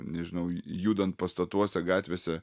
nežinau judant pastatuose gatvėse